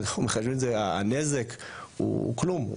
אם אנחנו מחשבים את הנזק הוא כלום,